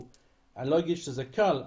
אני לא אגיד שזה קל,